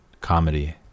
comedy